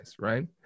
right